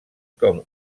com